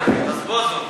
רזבוזוב.